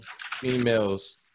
females